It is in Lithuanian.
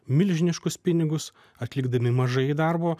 milžiniškus pinigus atlikdami mažai darbo